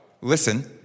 Listen